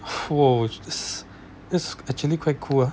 !whoa! this this is actually quite cool ah